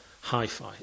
hi-fi